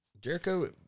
Jericho